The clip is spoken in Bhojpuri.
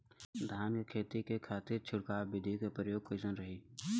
धान के खेती के खातीर छिड़काव विधी के प्रयोग कइसन रही?